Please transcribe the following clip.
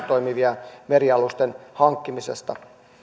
toimivien merialusten hankkimisesta